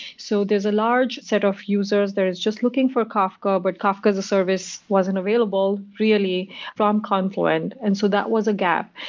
so there's a large set of users that is just looking for kafka, but kafka as a service wasn't available really from confluent, and so that was a gap.